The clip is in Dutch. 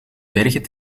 bergen